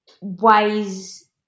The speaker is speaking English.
ways